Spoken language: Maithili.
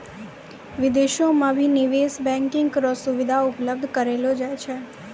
विदेशो म भी निवेश बैंकिंग र सुविधा उपलब्ध करयलो जाय छै